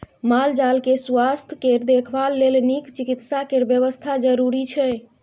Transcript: माल जाल केँ सुआस्थ केर देखभाल लेल नीक चिकित्सा केर बेबस्था जरुरी छै